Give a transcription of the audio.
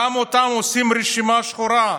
גם כאן עושים רשימה שחורה,